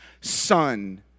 Son